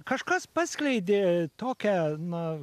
kažkas paskleidė tokią na